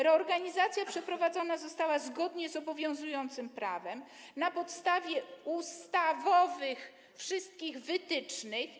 Reorganizacja przeprowadzona została zgodnie z obowiązującym prawem, na podstawie wszystkich ustawowych wytycznych.